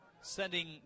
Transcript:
sending